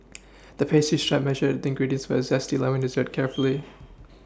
the pastry chef measured the ingredients for a zesty lemon dessert carefully